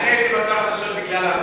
הייתי בטוח שאתה שואל,